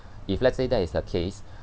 if let's say that is the case